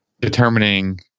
determining